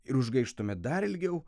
ir užgaištume dar ilgiau